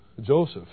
Joseph